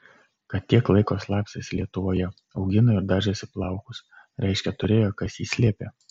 kad tiek laiko slapstėsi lietuvoje augino ir dažėsi plaukus reiškia turėjo kas jį slėpė